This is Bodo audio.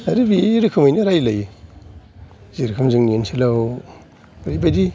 आरो बि रोखोमै नों रायलायो जेरोखोम जोंनि ओनसोलाव बैबायदि